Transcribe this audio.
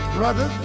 brother